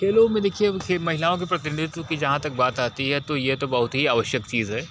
खेलो में देखिए अब कि महिलाओं के प्रतिनिधित्व की जहाँ तक बात आती है तो यह तो बहुत आवश्यक चीज़ है